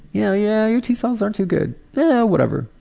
yeah yeah, your t-cells aren't too good. yeah, whatever,